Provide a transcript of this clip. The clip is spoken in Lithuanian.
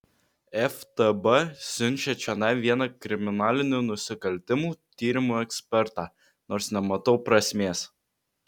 ftb siunčia čionai vieną kriminalinių nusikaltimų tyrimų ekspertą nors nematau prasmės